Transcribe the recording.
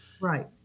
Right